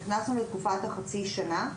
נכנסנו לתקופת החצי שנה,